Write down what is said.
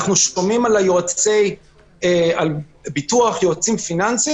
אנחנו שומעים שאתם מדברים על יועצי ביטוח ועל יועצים פיננסיים.